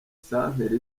santere